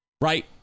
Right